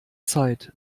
zeit